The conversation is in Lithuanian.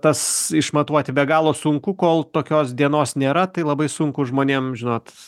tas išmatuoti be galo sunku kol tokios dienos nėra tai labai sunku žmonėm žinot